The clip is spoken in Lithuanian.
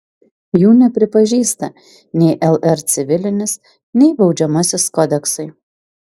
jų nepripažįsta nei lr civilinis nei baudžiamasis kodeksai